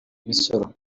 imisoro